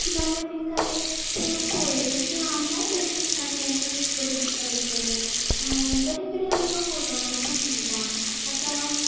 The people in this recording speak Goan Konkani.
जाल्यार तेंकां तें अशें पळयलें की आमकांय बरें दिसता तांकां बरें दिसता तें पळोवन बरे बरे आमकां फोटो मारपाक मेळटा आतां